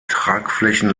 tragflächen